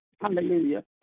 Hallelujah